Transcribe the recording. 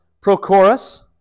Prochorus